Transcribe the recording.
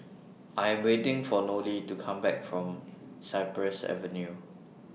I Am waiting For Nolie to Come Back from Cypress Avenue